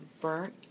burnt